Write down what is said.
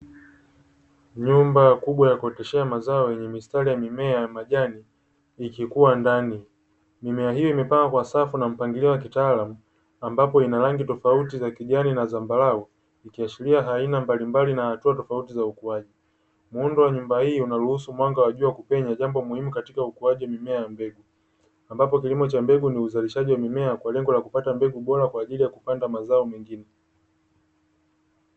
Nyumba kubwa ya kuoteshea mazao yenye mistari ya mimea ya majani ikikuwa ndani, mimea hiyo imepangwa kwa safu na mpangilio wa kitaalamu ambapo inarangi tofauti za kijani na dhambarau, ikiashiria aina mbalimbali na hatua tofauti za ukuaji, muundo wa nyumba hii inaruhusu mwanga wa jua kupenya jambo muhimu katika ukuajiwa mimea ya mbegu ambapo kilimo cha mbegu ni uzalishaji wa mimea kwa lengo la kupata mbegu bora kwaajili ya kupanda mazao mengine.